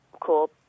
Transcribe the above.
cool